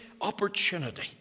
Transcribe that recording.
opportunity